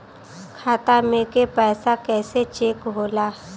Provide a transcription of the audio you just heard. खाता में के पैसा कैसे चेक होला?